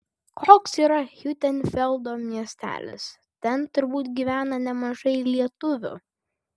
koks yra hiutenfeldo miestelis ten turbūt gyvena nemažai lietuvių